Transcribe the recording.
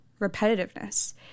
repetitiveness